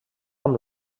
amb